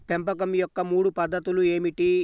పెంపకం యొక్క మూడు పద్ధతులు ఏమిటీ?